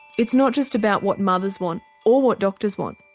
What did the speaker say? it's not just about what mothers want or what doctors want.